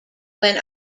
when